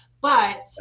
but-